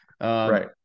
right